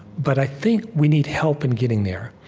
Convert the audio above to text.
but i think we need help in getting there.